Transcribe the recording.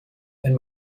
wenn